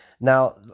Now